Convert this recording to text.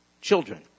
Children